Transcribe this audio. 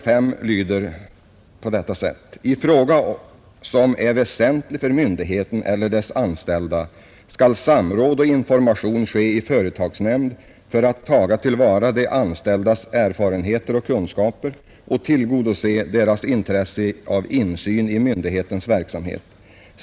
5§ lyder på detta sätt: ”I fråga som är väsentlig för myndigheten eller dess anställda skall samråd och information ske i företagsnämnd för att taga till vara de anställdas erfarenheter och kunskaper och tillgodose deras intresse av insyn i myndighetens verksamhet.